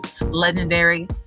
Legendary